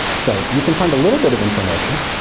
so, you can find a little bit of information.